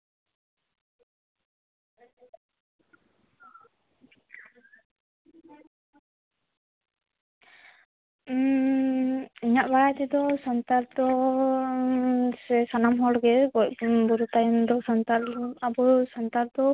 ᱤᱧᱟᱹᱜ ᱵᱟᱲᱟᱭ ᱛᱮᱫᱚ ᱥᱟᱱᱛᱟᱲ ᱫᱚ ᱥᱮ ᱥᱟᱱᱟᱢ ᱦᱚᱲ ᱜᱮ ᱜᱚᱡ ᱠᱟᱱ ᱜᱩᱨᱟᱠᱟᱱ ᱫᱚ ᱥᱟᱱᱛᱟᱲ ᱟᱵᱚ ᱥᱟᱱᱛᱟᱲ ᱫᱚ